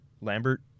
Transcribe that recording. Lambert